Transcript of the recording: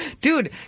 Dude